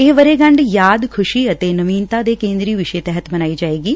ਇਹ ਵਰੇਗੰਢ ਯਾਦ ਖਸ਼ੀ ਅਤੇ ਨਵਿਨਤਾ ਦੇ ਕੇਦਰੀ ਵਿਸ਼ੇ ਤਹਿਤ ਮਨਾਈ ਜਾਏਗੀ